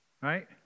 right